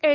L